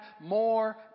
more